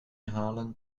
halen